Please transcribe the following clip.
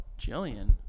Jillian